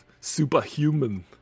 superhuman